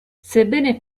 sebbene